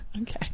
Okay